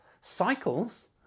cycles